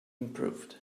improved